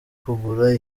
kugura